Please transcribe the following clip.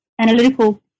analytical